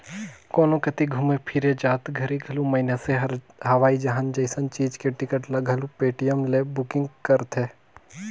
कोनो कति घुमे फिरे जात घरी घलो मइनसे हर हवाई जइसन चीच के टिकट ल घलो पटीएम ले बुकिग करथे